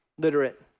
literate